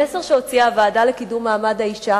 המסר שהוציאה הוועדה לקידום מעמד האשה